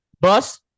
bus